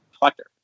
collector